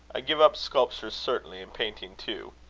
i give up sculpture certainly and painting too.